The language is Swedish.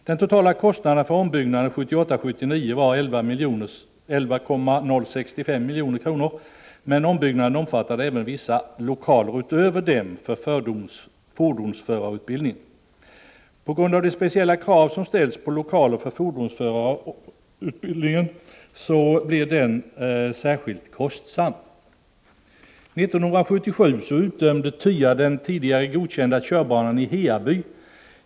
Den totala kostnaden för ombyggnaden 1978-1979 var 11,065 milj.kr., men ombyggnaden omfattade även vissa lokaler utöver dem för fordonsförarutbildningen. På grund av de speciella krav som ställs på lokaler för fordonsförarutbildning blev kostnaderna höga. År 1977 utdömde TYA den tidigare godkända körbanan i Heaby.